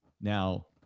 Now